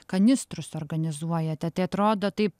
kanistrus organizuojate tai atrodo taip